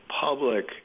public